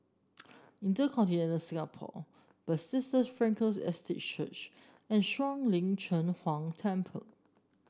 InterContinental Singapore Bethesda Frankel Estate Church and Shuang Lin Cheng Huang Temple